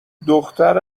دختر